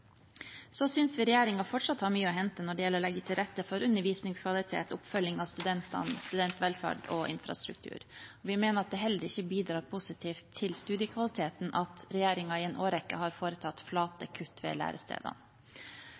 synes regjeringen fortsatt har mye å hente når det gjelder å legge til rette for undervisningskvalitet og oppfølging av studentene, studentvelferd og infrastruktur. Vi mener at det heller ikke bidrar positivt til studiekvaliteten at regjeringen i en årrekke har foretatt flate kutt ved lærestedene.